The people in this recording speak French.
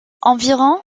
environ